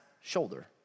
shoulder